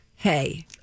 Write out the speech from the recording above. Hey